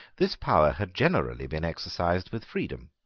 this power had generally been exercised with freedom.